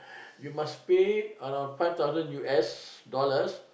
you must pay around five thousand U_S dollars